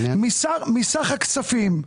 מסך הכספים,